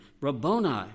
Rabboni